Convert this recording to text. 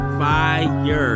fire